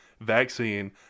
vaccine